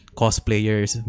cosplayers